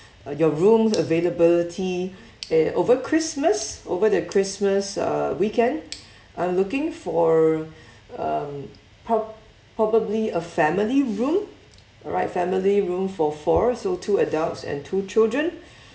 your rooms availability uh over christmas over the christmas uh weekend I'm looking for um prob~ probably a family room alright family room for four so two adults and two children